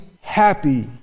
happy